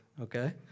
okay